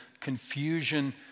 confusion